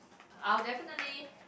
I would definitely